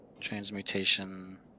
Transmutation